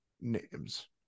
names